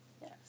Yes